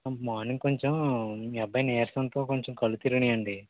morning కొంచెం మీ అబ్బాయి నీరసంతో కొంచెం కళ్ళు తిరిగినవి అండి